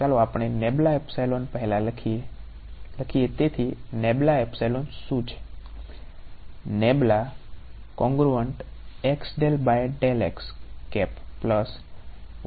તેથી ચાલો આપણે પહેલા લખીએ તેથી શું છે